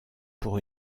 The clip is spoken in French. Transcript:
pour